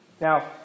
Now